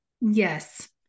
Yes